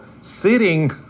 sitting